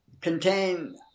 contain